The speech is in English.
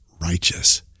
righteous